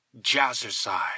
Jazzercise